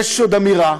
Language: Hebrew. יש עוד אמירה,